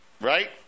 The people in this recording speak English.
right